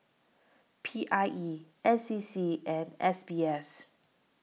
P I E N C C and S B S